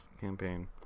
campaign